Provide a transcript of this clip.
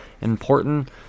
important